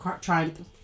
trying